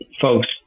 folks